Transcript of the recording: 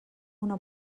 una